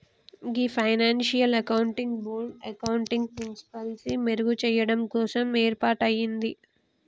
గీ financial accounting board accounting ప్రిన్సిపిల్సి మెరుగు చెయ్యడం కోసం ఏర్పాటయింది